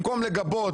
במקום לגבות,